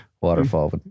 waterfall